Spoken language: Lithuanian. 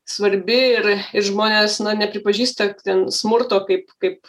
svarbi ir ir žmonės nepripažįsta ten smurto kaip kaip